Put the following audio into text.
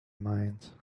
mind